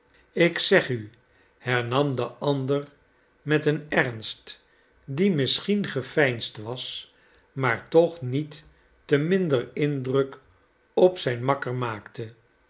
ik zeg u hernam de ander met een ernst die misschien geveinsd was maar toch niet te minder indruk op zijn makker maakte